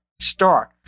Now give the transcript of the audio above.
start